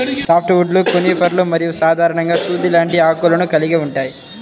soft వుడ్లు కోనిఫర్లు మరియు సాధారణంగా సూది లాంటి ఆకులను కలిగి ఉంటాయి